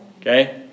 Okay